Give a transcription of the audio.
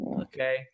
okay